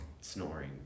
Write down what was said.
snoring